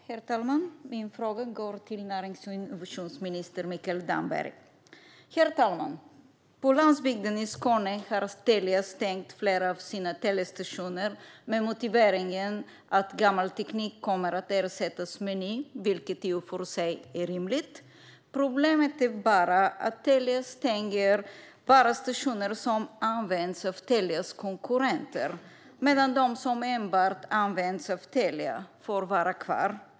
Herr talman! Min fråga går till närings och innovationsminister Mikael Damberg. På landsbygden i Skåne har Telia stängt flera av sina telestationer med motiveringen att gammal teknik kommer att ersättas med ny, vilket i och för sig är rimligt. Problemet är dock att Telia bara stänger stationer som används av Telias konkurrenter medan de som enbart används av Telia får vara kvar.